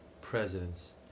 presidents